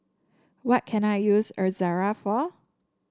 what can I use Ezerra for